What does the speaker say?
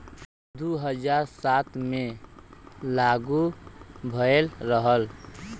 दू हज़ार सात मे लागू भएल रहल